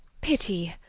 pity,